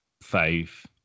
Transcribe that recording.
five